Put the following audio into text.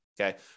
okay